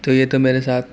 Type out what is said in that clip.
تو یہ تو میرے ساتھ